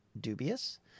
dubious